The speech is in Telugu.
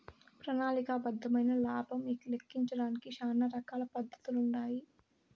ప్రణాళిక బద్దమైన లాబం లెక్కించడానికి శానా రకాల పద్దతులుండాయి